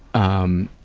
um,